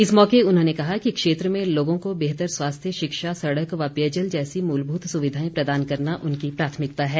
इस मौके उन्होंने कहा कि क्षेत्र में लोगों को बेहतर स्वास्थ्य शिक्षा सड़क व पेयजल जैसी मूलभूत सुविधाएं प्रदान करना उनकी प्राथमिकता है